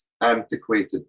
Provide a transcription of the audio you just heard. antiquated